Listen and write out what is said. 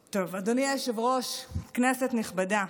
היושב-ראש, כנסת נכבדה,